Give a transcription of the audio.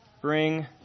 bring